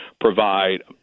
provide